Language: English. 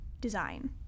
design